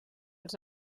els